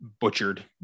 butchered